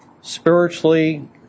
spiritually